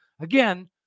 Again